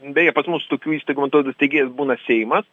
beje pas mus tokių įstaigų man atrodo steigėjas būna seimas